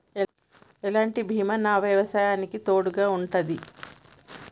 ఎలాంటి బీమా నా వ్యవసాయానికి తోడుగా ఉంటుంది?